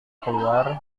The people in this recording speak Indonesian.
keluar